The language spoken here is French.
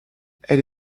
elle